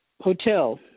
Hotel